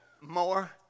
More